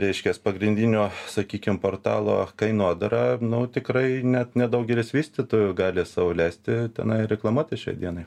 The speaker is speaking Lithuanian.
reiškias pagrindinio sakykim portalo kainodara nu tikrai ne nedaugelis vystytojų gali sau leisti tenai reklamuotis šiai dienai